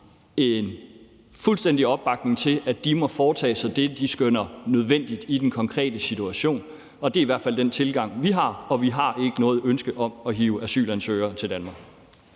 de fuldstændig opbakning til, at de må foretage sig det, de skønner nødvendigt i den konkrete situation. Det er i hvert fald den tilgang, vi har. Vi har ikke noget ønske om at hive asylansøgere til Danmark.